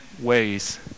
ways